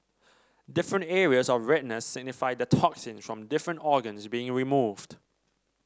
different areas of redness signify the toxins from different organs being removed